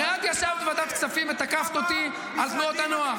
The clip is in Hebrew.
הרי את ישבת בוועדת הכספים ותקפת אותי על תנועות הנוער.